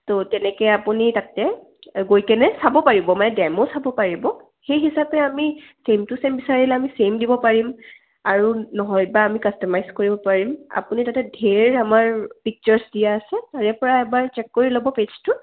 ত' তেনেকৈ আপুনি তাতে গৈ কেনে চাব পাৰিব মানে ডেম' চাব পাৰিব সেই হিচাপে আমি ছেম টু ছেম বিচাৰিলে আমি ছেম দিব পাৰিম আৰু নহয়বা আমি কাষ্টমাইজ কৰিব পাৰিম আপুনি তাতে ধেৰ আমাৰ পিকচাৰছ দিয়া আছে তাৰে পৰা এবাৰ চেক কৰি ল'ব পেইজটো